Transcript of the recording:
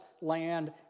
land